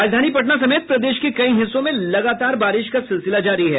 राजधानी पटना समेत प्रदेश के कई हिस्सों में लगातार बारिश का सिलसिला जारी है